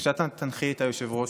בבקשה תנחי את היושב-ראש.